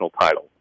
title